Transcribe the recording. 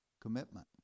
Commitment